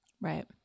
Right